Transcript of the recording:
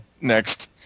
next